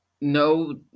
No